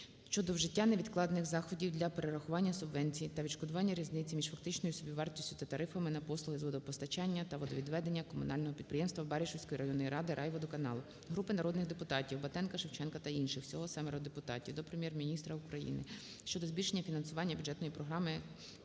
щодо вжиття невідкладних заходів для перерахування субвенції та відшкодування відшкодування різниці між фактичною собівартістю та тарифами на послуги з водопостачання та водовідведення комунального підприємства Баришівської районної ради "Райводоканал". Групи народних депутатів (Батенка, Шевченка та інших, всього 7 депутатів) до Прем'єр-міністра України щодо збільшення фінансування бюджетної програми КПКВК